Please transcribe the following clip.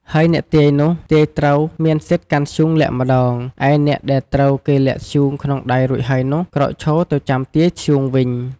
ហើយអ្នកទាយនោះ ទាយត្រូវមានសិទ្ធិកាន់ធ្យូងលាក់ម្តង ឯអ្នកដែលត្រូវគេលាក់ធ្យូងក្នុងដៃរួចហើយនោះ ក្រោកឈរទៅចាំទាយធ្យូងវិញ។